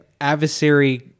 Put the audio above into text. adversary